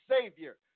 Savior